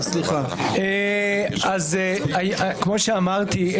כמו שאמרתי,